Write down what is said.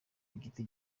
igiti